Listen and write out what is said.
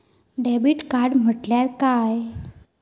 Debit card म्हटल्या काय?